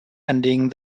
ending